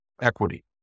equity